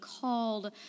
called